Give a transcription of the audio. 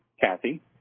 Kathy